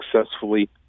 successfully